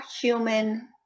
human